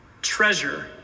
Treasure